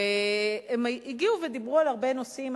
הן הגיעו ודיברו על הרבה נושאים.